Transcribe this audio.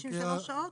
93 שעות?